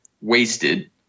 wasted